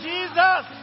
Jesus